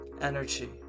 Energy